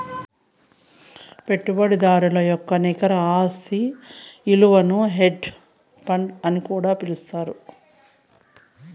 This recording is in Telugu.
పెట్టుబడిదారుల యొక్క నికర ఆస్తి ఇలువను హెడ్జ్ ఫండ్ అని కూడా పిలుత్తారు